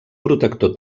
protector